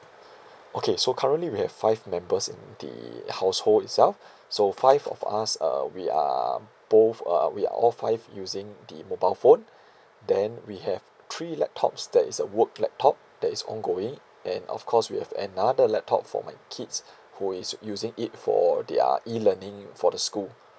okay so currently we have five members in the household itself so five of us uh we are both uh we are all five using the mobile phone then we have three laptops that is a work laptop that is ongoing and of course we have another laptop for my kids who is using it for their e learning for the school